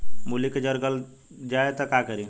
मूली के जर गल जाए त का करी?